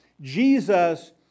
Jesus